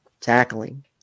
tackling